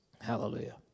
Hallelujah